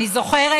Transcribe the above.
אני זוכרת,